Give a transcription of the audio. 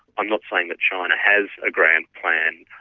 i'm not saying that china has a grand plan,